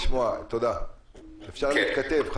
אפשר להתכתב.